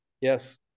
Yes